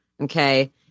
okay